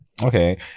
Okay